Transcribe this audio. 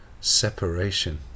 separation